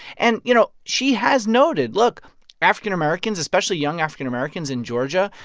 and you know, she has noted, look african-americans, especially young african-americans in georgia,